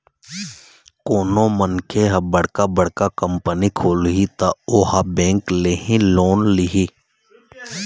कोनो मनखे ह बड़का बड़का कंपनी खोलही त ओहा बेंक ले ही लोन लिही